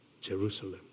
Jerusalem